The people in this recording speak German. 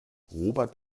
robert